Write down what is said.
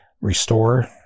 restore